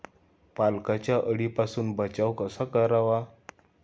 पालकचा अळीपासून बचाव कसा करावा?